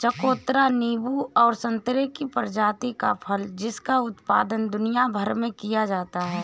चकोतरा नींबू और संतरे की प्रजाति का फल है जिसका उत्पादन दुनिया भर में किया जाता है